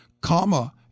comma